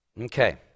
Okay